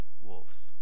wolves